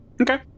Okay